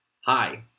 Hi